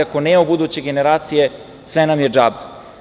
Ako nema buduće generacije, sve nam je džabe.